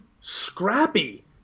scrappy